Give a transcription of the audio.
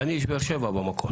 אני איש באר שבע במקור,